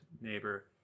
neighbor